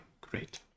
great